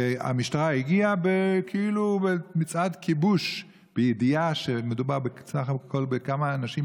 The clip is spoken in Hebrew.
והמשטרה הגיעה כאילו במצעד כיבוש בידיעה שמדובר בסך הכול בכמה אנשים,